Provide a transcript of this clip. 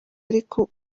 ariko